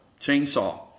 chainsaw